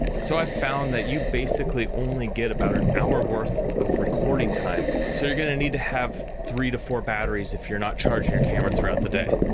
so, i found that you basically only get about an hour worth of recording time so you're gonna need to have three to four batteries if you're not charging your camera throughout the day.